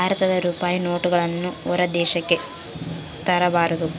ಭಾರತದ ರೂಪಾಯಿ ನೋಟುಗಳನ್ನು ಹೊರ ದೇಶಕ್ಕೆ ತರಬಾರದು